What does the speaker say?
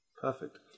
Perfect